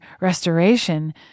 restoration